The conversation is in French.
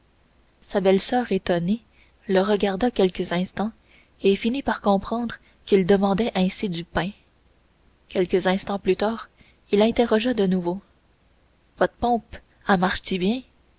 sa belle-soeur étonnée le regarda quelques instants et finit par comprendre qu'il demandait ainsi du pain quelques instants plus tard il interrogea de nouveau votre pompe elle marche t y bien